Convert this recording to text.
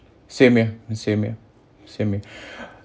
same here same here same here